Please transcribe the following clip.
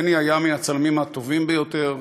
בני היה מהצלמים הטובים ביותר.